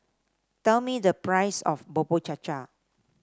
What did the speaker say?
tell me the price of Bubur Cha Cha